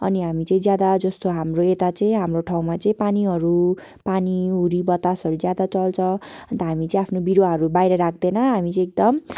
अनि हामी चाहिँ ज्यादा जस्तो हाम्रो यता चाहिँ हाम्रो ठाउँमा चाहिँ पानीहरू पानी हुरी बतासहरू ज्यादा चल्छ अन्त हामी चाहिँ आफ्नो बिरुवाहरू बाहिर राख्दैन हामी चाहिँ एकदम